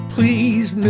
Please